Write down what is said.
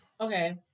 Okay